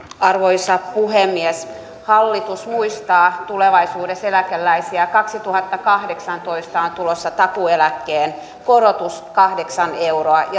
arvoisa puhemies hallitus muistaa tulevaisuudessa eläkeläisiä kaksituhattakahdeksantoista on tulossa takuueläkkeen korotus kahdeksan euroa